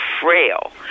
frail